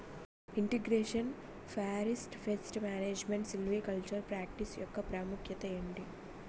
integration forest pest management silvicultural practice యెక్క ప్రాముఖ్యత ఏంటి